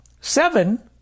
seven